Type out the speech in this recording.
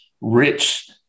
rich